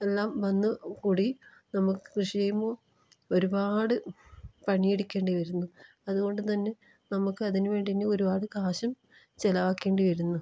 എല്ലാം വന്ന് കൂടി നമുക്ക് കൃഷി ചെയ്യുമ്പോൾ ഒരുപാട് പണിയെടുക്കേണ്ടി വരുന്നു അതുകൊണ്ട് തന്നെ നമുക്ക് അതിന് വേണ്ടി ഇനി ഒരുപാട് കാശും ചിലവാക്കേണ്ടി വരുന്നു